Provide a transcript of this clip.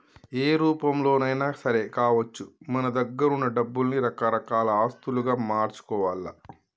ఏ రూపంలోనైనా సరే కావచ్చు మన దగ్గరున్న డబ్బుల్ని రకరకాల ఆస్తులుగా మార్చుకోవాల్ల